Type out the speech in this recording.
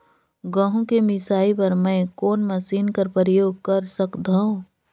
गहूं के मिसाई बर मै कोन मशीन कर प्रयोग कर सकधव?